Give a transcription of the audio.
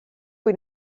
fwy